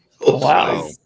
Wow